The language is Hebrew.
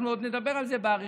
אנחנו עוד נדבר על זה באריכות.